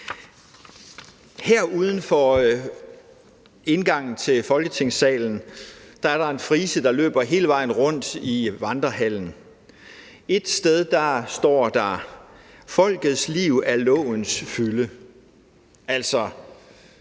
Her uden for indgangen til Folketingssalen er der en frise, der løber hele vejen rundt i Vandrehallen. Et sted står der: »Folkets liv er lovens fylde«. Altså,